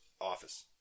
Office